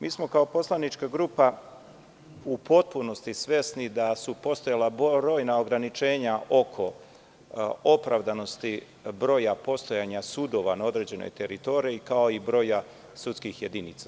Mi smo kao poslanička grupa u potpunosti svesni da su postojala brojna ograničenja oko opravdanosti broja postojanja sudova na određenoj teritoriji, kao i broja sudskih jedinica.